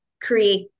create